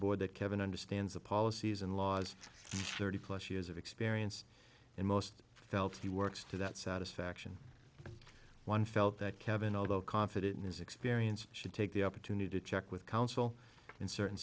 board that kevin understands the policies and laws thirty plus years of experience in most felt he works to that satisfaction one felt that kevin although confident in his experience should take the opportunity to check with counsel in certain